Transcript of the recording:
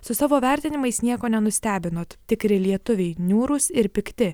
su savo vertinimais nieko nenustebinot tikri lietuviai niūrūs ir pikti